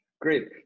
Great